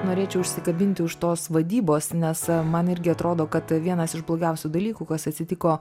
norėčiau užsikabinti už tos vadybos nes man irgi atrodo kad vienas iš blogiausių dalykų kas atsitiko